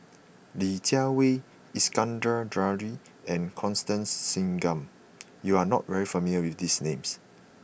Li Jiawei Iskandar Jalil and Constance Singam you are not familiar with these names